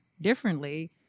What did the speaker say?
differently